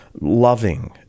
loving